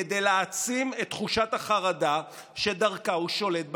כדי להעצים את תחושת החרדה שדרכה הוא שולט באזרחים.